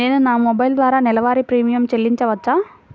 నేను నా మొబైల్ ద్వారా నెలవారీ ప్రీమియం చెల్లించవచ్చా?